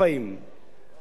אדוני סגן שר האוצר,